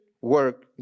work